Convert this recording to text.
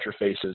interfaces